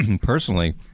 personally